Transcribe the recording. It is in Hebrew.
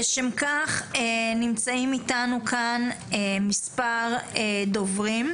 לשם כך נמצאים אתנו כאן מספר דוברים.